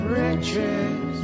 riches